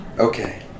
Okay